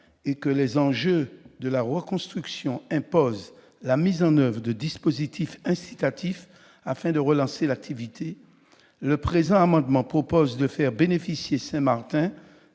et que les enjeux de la reconstruction imposent la mise en oeuvre de dispositifs incitatifs afin de relancer l'activité, le présent amendement vise à faire bénéficier Saint-Martin